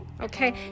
okay